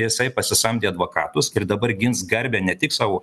jisai pasisamdė advokatus ir dabar gins garbę ne tik savo